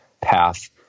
path